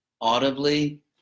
audibly